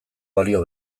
balio